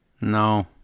No